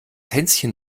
hänschen